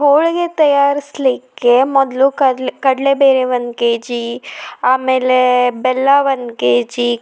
ಹೋಳಿಗೆ ತಯಾರಿಸಲಿಕ್ಕೆ ಮೊದಲು ಕಡಲೆಬೇಳೆ ಒಂದು ಕೆಜಿ ಆಮೇಲೆ ಬೆಲ್ಲ ಒಂದು ಕೆಜಿ